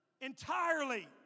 entirely